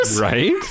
right